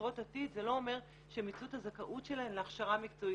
"יוצרות עתיד" זה לא אומר שהן מיצו את הזכאות שלהן להכשרה מקצועית,